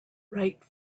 write